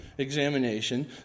examination